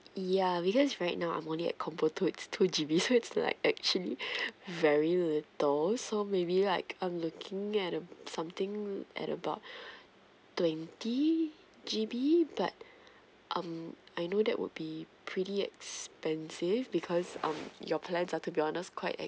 ya because right now I'm only at combo two so it's two G_B so it's like actually very little so maybe like I'm looking at um something at about twenty G_B but um I know that would be pretty expensive because um your plans ah to be honest quite